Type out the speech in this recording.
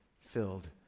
filled